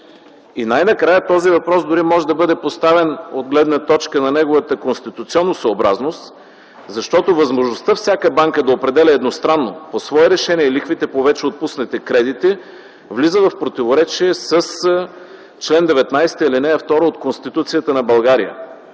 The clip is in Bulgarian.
се предлага. Този въпрос дори може да бъде поставен от гледна точка на неговата конституционосъобразност, защото възможността всяка банка да определя едностранно, по свое решение лихвите по вече отпуснати кредити, влиза в противоречие с чл. 19, ал. 2 от Конституцията на България.